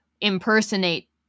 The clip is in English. impersonate